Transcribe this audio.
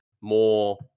more